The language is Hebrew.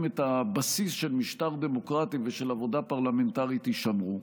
את הבסיס של משטר דמוקרטי ושל עבודה פרלמנטרית יישמרו.